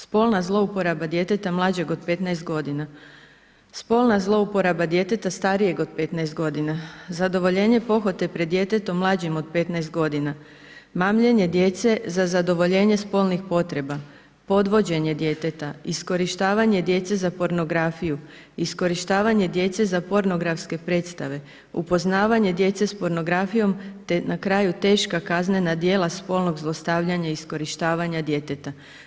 Spolna zlouporaba djeteta mlađeg od 15 g., spolna zlouporaba djeteta starijeg od 15 g., zadovoljenje pohote pred djetetom mlađim od 15 g., mamljenje djece za zadovoljenje spolnih potreba, podvođenje djeteta, iskorištavanje djece za pornografiju, iskorištavanje djece za pornografske predstave, upoznavanje djece s pornografijom te na kraju teška kaznena djela spolnog zlostavljanja i iskorištavanja djeteta.